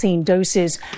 doses